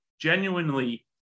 genuinely